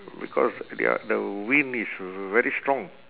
because their the wind is very strong